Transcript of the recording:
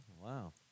Wow